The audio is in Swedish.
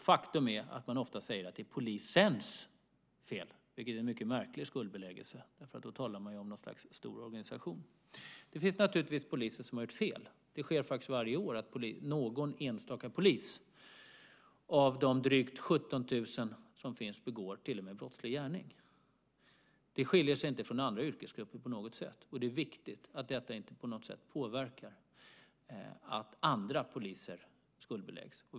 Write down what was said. Faktum är att man ofta säger att det är polisens fel. Det är en mycket märklig skuldbeläggelse eftersom man då talar om något slags stor organisation. Det finns naturligtvis poliser som har gjort fel. Det sker varje år att någon enstaka polis av de drygt 17 000 som finns till och med begår en brottslig gärning. Det skiljer sig inte på något sätt från andra yrkesgrupper. Det är viktigt att detta inte på något sätt påverkar att andra poliser skuldbeläggs.